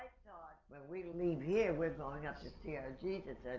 when we leave here, we're going up to see our jesus.